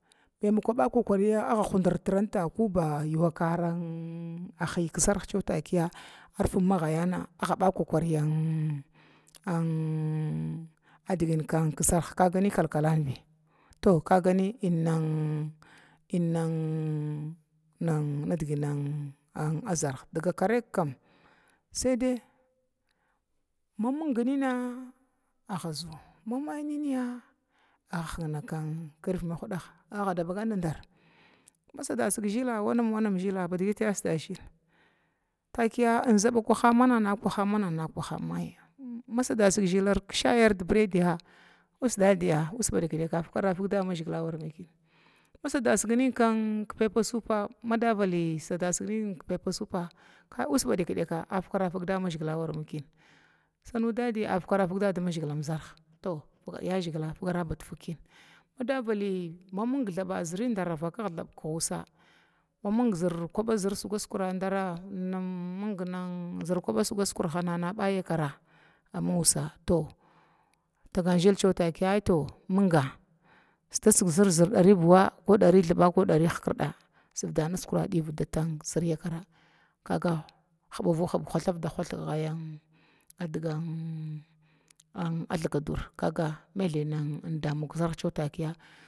Maimakun aɓɓakakari agga hudurtiranta koba yukaran anna ahiyan kizərha cewan takiyan ann fim magaya agga ba kokarin ann ann addingin kizərha kagam kalkalan bi to kagani innin innin nidgini dga zərh diga karegkan sai dai maming nina agazu ma mamyniya agga hinna kirvid mahdag ada baga dadar a sadasig zə zhila badigi a sida zhila wannam wannam badigi a sida zhiha takiya inzabakwaha maiya masada sig zhilar ki shayar dibradiya vus dadyya nus ba daik daika a fikara fig daadamzgila awara mai kina masada sig nin pepe supa madavali sadasig nina pepe supa kai vusa ba daik daka a fikara fig daadamzgila awara min kina sanu dadu a fikarfig daadamzgila am zərh yazigila. To yazigila figara figa badying kina madavali ma mung thaba zər ndara vakag thab nusa ma min zər kuda sugu sikura dara mung mung han zər kuba sigu sukura mana nabayakara amin usa to taga zhila takiya to minga sida sig zər dari buwa ko dari thba ko dari hkrd sugvdan naskura divim ma zir yakara to kaga anbavu hubga huthfde hug gaya adigan adigan a thakadura kaga maithy danduwa ki zərhi ta kiya.